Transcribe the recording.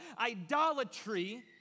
idolatry